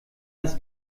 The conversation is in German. das